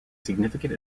significant